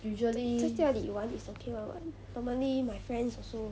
在家里玩 is okay [one] [what] normally my friends also